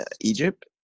Egypt